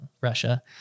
Russia